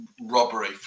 robbery